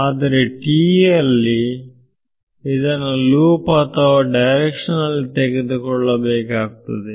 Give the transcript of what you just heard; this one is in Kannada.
ಆದರೆ TE ನಲ್ಲಿ ಇದನ್ನು ಲೂಪ್ ಅಥವಾ ಡೈರೆಕ್ಷನ್ ನಲ್ಲಿ ತೆಗೆದುಕೊಳ್ಳಬೇಕಾಗುತ್ತದೆ